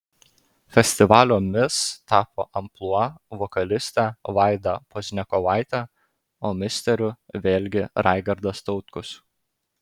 festivalio mis tapo amplua vokalistė vaida pozniakovaitė o misteriu vėlgi raigardas tautkus